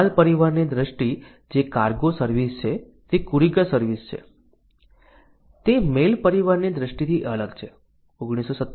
માલ પરિવહનની દ્રષ્ટિ જે કાર્ગો સર્વિસ છે તે કુરિયર સર્વિસ છે તે મેઇલ પરિવહનની દ્રષ્ટિથી અલગ હશે